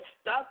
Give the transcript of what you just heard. stuck